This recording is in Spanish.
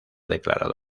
declarado